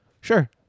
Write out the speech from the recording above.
Sure